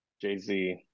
Jay-Z